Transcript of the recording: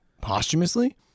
Posthumously